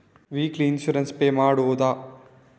Weekly insurance pay ಮಾಡುವುದ?